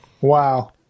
Wow